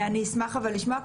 אני אשמח לשמוע.